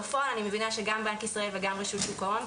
בפועל אני מבינה שגם בנק ישראל וגם רשות שוק ההון,